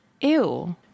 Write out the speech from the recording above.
ew